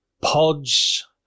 pods